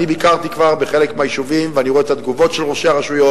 ביקרתי כבר בחלק מהיישובים ואני רואה את התגובות של ראשי הרשויות.